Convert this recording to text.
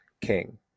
king